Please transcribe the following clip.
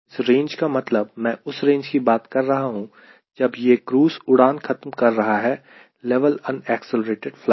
इस रेंज का मतलब मैं उस रेंज की बात कर रहा हूं जब यह क्रूज़ उड़ान खत्म कर रहा है level unaccelerated flight